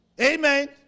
Amen